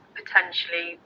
potentially